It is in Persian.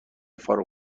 فارغ